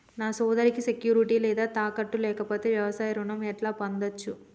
నా సోదరికి సెక్యూరిటీ లేదా తాకట్టు లేకపోతే వ్యవసాయ రుణం ఎట్లా పొందచ్చు?